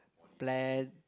plan